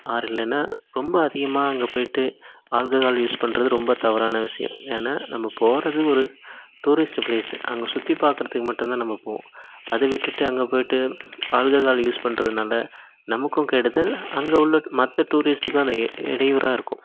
R இல்லைன்னா ரொம்ப அதிகமாக அங்கே போய்விட்டு ஆல்ககால் யூஸ் பண்ணுறது ரொம்ப தவறான விஷியம் ஏன்னால் நம்ம போவது ஒரு டூரிஸ்ட்டு பிளேஸு அங்கே சுற்றி பார்க்கறதுக்கு மட்டும்தான் நம்ம போவோம் அதை விட்டுவிட்டு அங்கேப் போய்விட்டு ஆல்ககால் யூஸ் பண்ணுறதுனால நமக்கும் கெடுதல் அங்கே உள்ள மற்ற டூரிஸ்ட்டுக்கும் அந்த எ இடையூறாக இருக்கும்